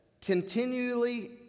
continually